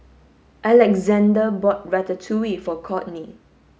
Alexzander bought Ratatouille for Courtney